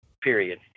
period